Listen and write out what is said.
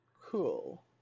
Cool